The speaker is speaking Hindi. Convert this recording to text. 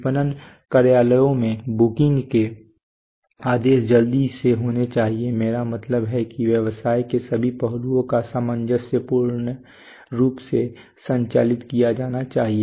विपणन कार्यालयों में बुकिंग के आदेश जल्दी से होने चाहिए मेरा मतलब है कि व्यवसाय के सभी पहलुओं को सामंजस्यपूर्ण रूप से संचालित किया जाना चाहिए